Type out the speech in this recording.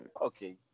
Okay